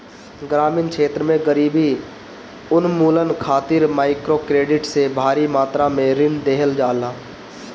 ग्रामीण क्षेत्र में गरीबी उन्मूलन खातिर माइक्रोक्रेडिट से भारी मात्रा में ऋण देहल जाला